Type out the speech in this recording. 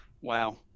Wow